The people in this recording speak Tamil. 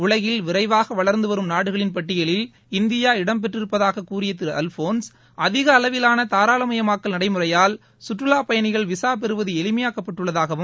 உலகில் விரைவாக வளர்ந்து வரும் நாடுகள் பட்டியலில் இந்தியா இடம் பெற்றிருப்பதாக கூறிய திரு அல்போன்ஸ் அதிக அளவிலான தாரளமாயமாக்கல் நடைமுறையால் கற்றுலாப் பயணிகள் விசா பெறுவது எளிமையாக்கப்பட்டுள்ளதாகவும்